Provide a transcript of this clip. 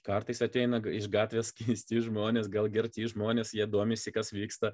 kartais ateina iš gatvės keisti žmonės gal girti žmonės jie domisi kas vyksta